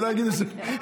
שלא יגידו שזה,